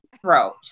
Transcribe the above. throat